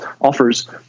offers